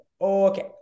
okay